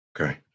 Okay